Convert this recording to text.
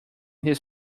his